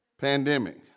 pandemic